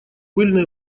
пыльной